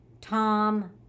Tom